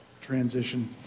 transition